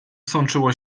sączyło